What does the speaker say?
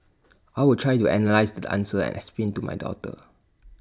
I will try to analyse the answers and explain to my daughter